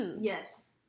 Yes